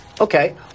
Okay